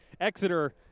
Exeter